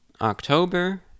October